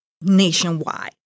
nationwide